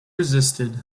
resisted